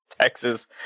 Texas